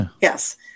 Yes